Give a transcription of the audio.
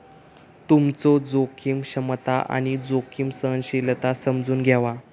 तुमचो जोखीम क्षमता आणि जोखीम सहनशीलता समजून घ्यावा